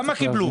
כמה קיבלו?